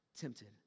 tempted